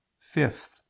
Fifth